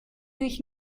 sich